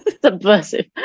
subversive